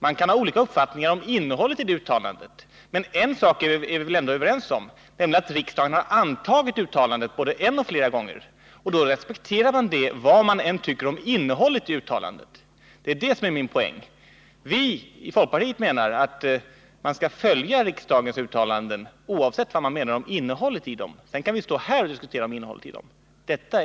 Man kan ha olika uppfattningar om innehållet riksdagens uttalande. Men en sak är vi väl ändå överens om, nämligen att riksdagen har antagit uttalandet både en och flera gånger. Då respekterar man det vad man än tycker om innehållet i uttalandet. Vi menar att man skall följa riksdagens uttalanden, oavsett vad man anser om innehållet i dem. Sedan kan vi stå här och diskutera innehållet i uttalandena.